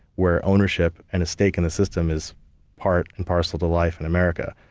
where ownership and a stake in the system is part and parcel to life in america.